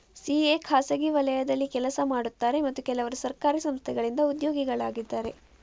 CA ಖಾಸಗಿ ವಲಯದಲ್ಲಿ ಕೆಲಸ ಮಾಡುತ್ತಾರೆ ಮತ್ತು ಕೆಲವರು ಸರ್ಕಾರಿ ಸಂಸ್ಥೆಗಳಿಂದ ಉದ್ಯೋಗಿಗಳಾಗಿದ್ದಾರೆ